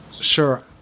Sure